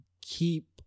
keep